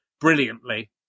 brilliantly